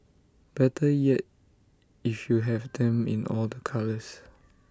better yet if you have them in all the colours